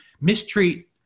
mistreat